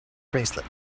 bracelet